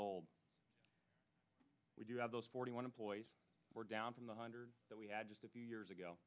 old we do have those forty one employees we're down from the hundred that we had just a few years ago